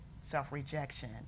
self-rejection